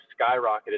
skyrocketed